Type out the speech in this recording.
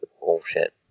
bullshit